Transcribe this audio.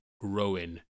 growing